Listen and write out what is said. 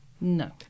No